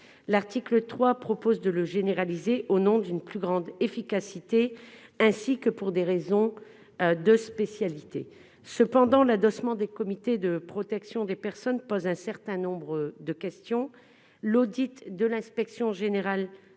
l'article 3 propose de le généraliser au nom d'une plus grande efficacité ainsi que pour des raisons de spécialité cependant l'adossement des comités de protection des personnes posent un certain nombre de questions, l'audit de l'Inspection générale